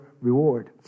reward